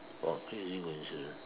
about crazy coincident